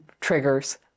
triggers